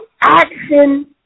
action